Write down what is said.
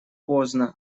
поздно